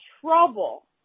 trouble